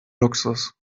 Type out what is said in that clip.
luxus